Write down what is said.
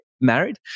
married